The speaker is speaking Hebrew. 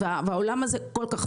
העולם הזה מצליח כל כך,